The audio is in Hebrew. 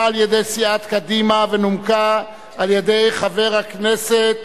על-ידי סיעת קדימה ונומקה על-ידי חבר הכנסת